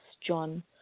John